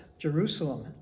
Jerusalem